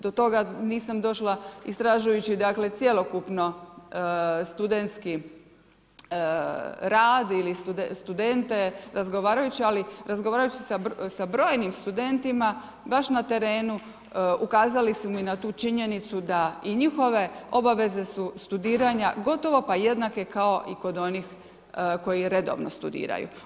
Do toga nisam došla istražujući cjelokupno studentski rad ili studente, razgovarajući, ali razgovarajući sa brojim studentima baš na terenu ukazali su mi na tu činjenicu da i njihove obaveze su studiranja gotovo pa jednake kao i kod onih koji redovno studiraju.